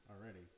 already